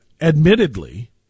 admittedly